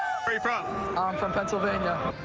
from um from pennsylvania.